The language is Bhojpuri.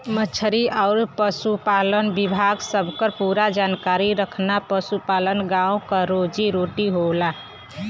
मछरी आउर पसुपालन विभाग सबकर पूरा जानकारी रखना पसुपालन गाँव क रोजी रोटी होला